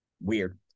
Weird